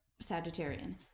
Sagittarian